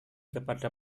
kepada